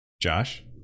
Josh